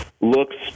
looks